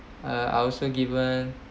uh are also given